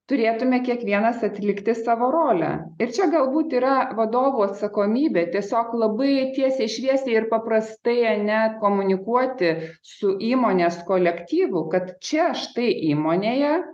turėtume kiekvienas atlikti savo rolę ir čia galbūt yra vadovų atsakomybė tiesiog labai tiesiai šviesiai ir paprastai nekomunikuoti su įmonės kolektyvu kad čia štai įmonėje